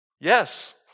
Yes